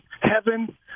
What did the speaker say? heaven